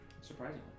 Surprisingly